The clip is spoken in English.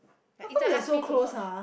like Yi-Zhen ask me to watch